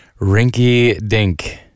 Rinky-dink